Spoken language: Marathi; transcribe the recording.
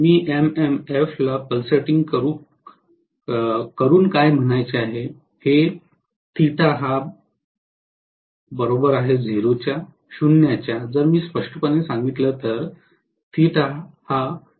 मी एमएमएफला पल्सटिंग करून काय म्हणायचं आहे हे जर मी स्पष्टपणे सांगितलं तर हे आहे